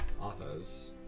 authors